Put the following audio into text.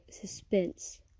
suspense